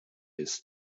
ist